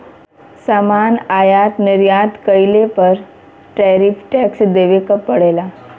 सामान आयात निर्यात कइले पर टैरिफ टैक्स देवे क पड़ेला